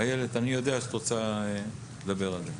איילת, אני יודע שאת רוצה לדבר על זה.